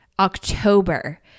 October